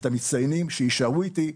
את המצטיינים שיישארו איתי,